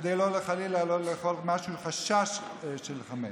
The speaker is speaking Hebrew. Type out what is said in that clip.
כדי שחלילה לא יהיה חשש של חמץ,